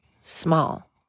small